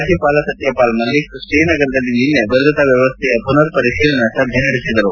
ರಾಜ್ಙಪಾಲ ಸತ್ತಪಾಲ್ ಮಲಿಕ್ ಶ್ರೀನಗರದಲ್ಲಿ ನಿನ್ನೆ ಭದ್ರತಾ ವ್ಯವಸ್ವೆಯ ಪುನರ್ ಪರಿಶೀಲನಾ ಸಭೆ ನಡೆಸಿದರು